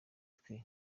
twe